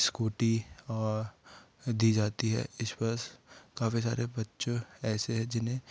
scooty और दी जाती है इस वर्ष काफ़ी सारे बच्चों ऐसे है जिन्हें